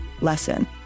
lesson